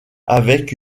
avec